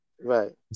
Right